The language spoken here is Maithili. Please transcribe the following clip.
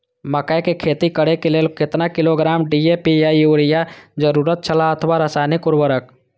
मकैय के खेती करे के लेल केतना किलोग्राम डी.ए.पी या युरिया के जरूरत छला अथवा रसायनिक उर्वरक?